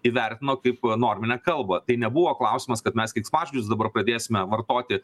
įvertino kaip norminę kalbą tai nebuvo klausimas kad mes keiksmažodžius dabar pradėsime vartoti